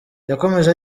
yakomeje